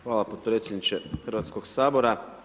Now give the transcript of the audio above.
Hvala podpredsjedniče Hrvatskog sabora.